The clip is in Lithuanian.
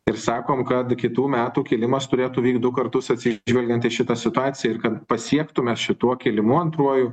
ir sakom kad kitų metų kilimas turėtų vykt du kartus atsižvelgiant į šitą situaciją ir kad pasiektume šituo kilimu antruoju